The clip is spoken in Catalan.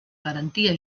garantia